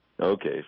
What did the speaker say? Okay